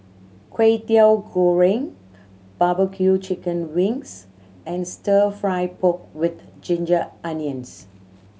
Kwetiau Goreng barbecue chicken wings and Stir Fry pork with ginger onions